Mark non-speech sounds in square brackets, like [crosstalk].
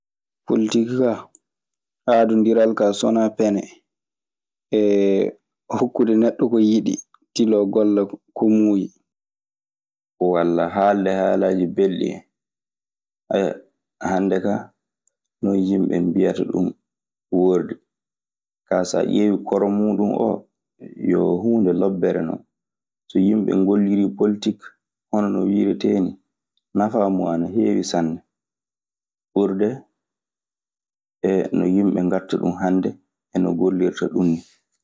Poltiki kaa, aadondiral kaa so wanaa pene e hokkude neɗɗo ko yiɗi tiloo golla ko muuyi. Walla haalde haalaaji belɗi en. [hesitation] Hannde kaa ɗun yimɓe mbiyata ɗun woordi. Kaa, so ƴeewii koro muuɗun oo yo huunde lobbere non. So yimɓe ngolliri politik hono no wiiretee nii. Nafaa muuɗun ana heewi sanne ɓurde e no yimɓe ngaɗta ɗun hannde e no ngollirta ɗun nii.